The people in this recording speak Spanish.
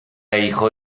hijo